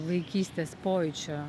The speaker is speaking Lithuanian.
vaikystės pojūčio